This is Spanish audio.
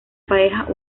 pareja